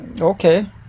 Okay